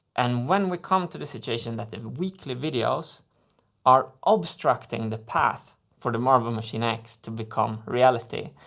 and when we come to the situation that the weekly videos are obstructing the path for the marble machine x to become reality,